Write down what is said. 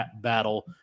battle